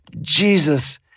Jesus